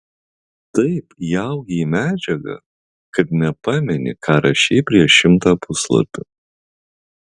taip įaugi į medžiagą kad nepameni ką rašei prieš šimtą puslapių